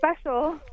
special